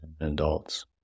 adults